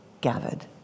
gathered